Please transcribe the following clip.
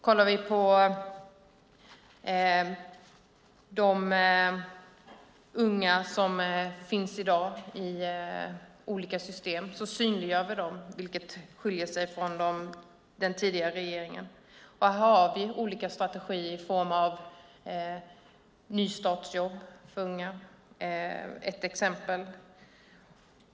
Vi synliggör de unga som finns i olika system i dag, vilket skiljer sig från den tidigare regeringen. Här har vi olika strategier i form av nystartsjobb för unga, ett exempel.